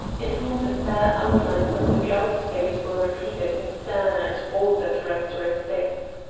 in whom the fair outlines of the girl's face were repeated in sterner and bolder characteristics.